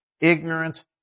ignorance